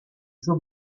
suo